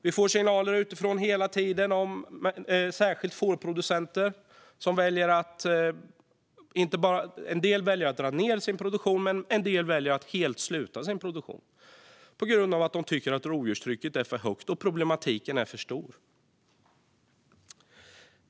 Vi får signaler hela tiden från särskilt fårproducenter som väljer att dra ned eller att helt sluta med sin produktion på grund av att de tycker att rovdjurstrycket är för högt och problematiken för stor.